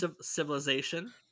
Civilization